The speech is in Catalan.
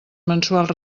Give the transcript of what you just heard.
mensuals